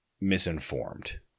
misinformed